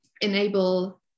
enable